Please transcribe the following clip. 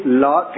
law